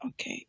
Okay